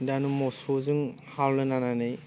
दाना मोसौजों हालौनानै